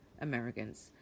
Americans